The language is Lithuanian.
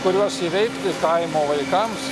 kuriuos įveikti kaimo vaikams